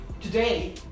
Today